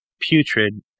putrid